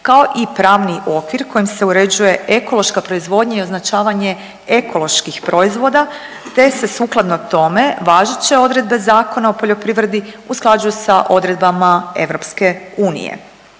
kao i pravni okvir kojim se uređuje ekološka proizvodnja i označavanje ekoloških proizvoda te se sukladno tome važeće odredbe Zakona o poljoprivredni usklađuju sa odredbama EU.